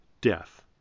death